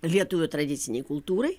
lietuvių tradicinei kultūrai